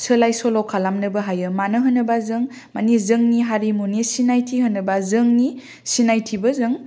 सोलाय सोल' खालामनो बो हायो मानो होनोबा जों मानि जोंनि हारिमुनि सिनायथि होनोबा जोंनि सिनायथिबो जों